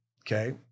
okay